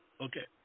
okay